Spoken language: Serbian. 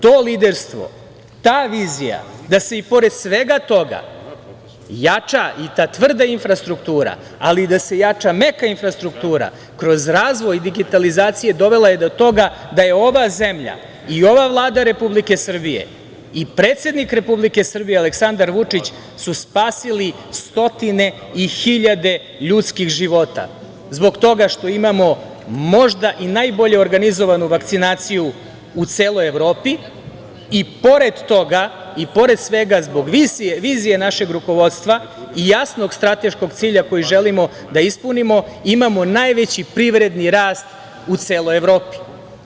To liderstvo, ta vizija da se i pored svega toga jača i ta tvrda infrastruktura, ali da se jača i meka infrastruktura kroz razvoj digitalizacije dovela je do toga da su ova zemlja i ova Vlada Republike Srbije i predsednik Republike Srbije Aleksandar Vučić su spasili stotine i hiljade ljudskih života, zbog toga što imamo možda i najbolje organizovanu vakcinaciju u celoj Evropi i pored toga, pored svega, zbog vizije našeg rukovodstva i jasnog strateškog cilja koji želimo da ispunimo imamo najveći privredni rast u celoj Evropi.